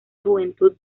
juventud